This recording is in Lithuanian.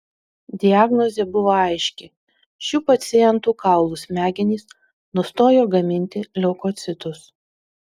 diagnozė buvo aiški šių pacientų kaulų smegenys nustojo gaminti leukocitus